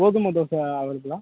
கோதுமை தோசை அவைபுளா